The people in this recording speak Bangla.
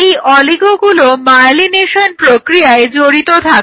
এই অলিগোগুলো মায়েলিনেশন প্রক্রিয়ায় জড়িত থাকে